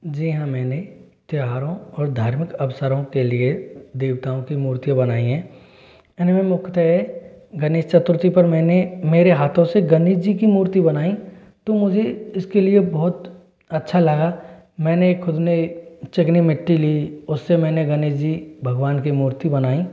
जी हाँ मैंने त्योहारों और धार्मिक अवसरों के लिए देवताओं की मूर्ति बनाईं हैं इनमें मुख्यतः गणेश चतुर्थी पर मैंने मेरे हाथों से गणेश जी की मूर्ति बनाई तो मुझे इसके लिए बहुत अच्छा लगा मैंने ख़ुद ने चिकनी मिट्टी ली उससे मैंने गणेश जी भगवान की मूर्ति बनाई